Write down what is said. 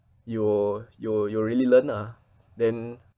you you you really learn ah then